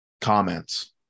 Comments